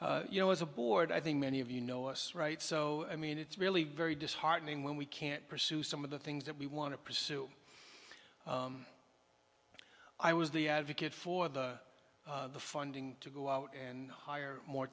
truth you know as a board i think many of you know us right so i mean it's really very disheartening when we can't pursue some of the things that we want to pursue i was the advocate for the funding to go out and hire more